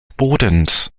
bodens